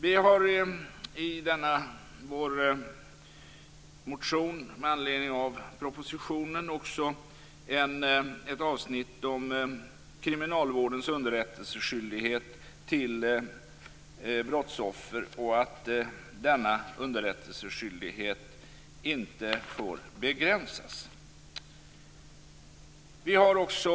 Vi har i denna vår motion med anledning av propositionen också ett avsnitt om kriminalvårdens underrättelseskyldighet gentemot brottsoffer och att denna underrättelseskyldighet inte får begränsas. Herr talman!